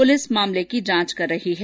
police मामले की जांच कर रही है